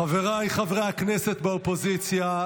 חבריי חברי הכנסת באופוזיציה,